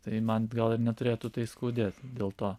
tai man gal ir neturėtų tai skaudėt dėl to